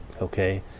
okay